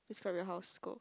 describe your house go